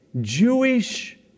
Jewish